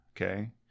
okay